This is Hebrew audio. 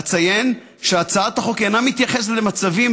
אציין שהצעת החוק אינה מתייחסת למצבים